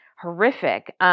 horrific